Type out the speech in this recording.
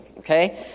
Okay